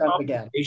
again